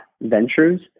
Ventures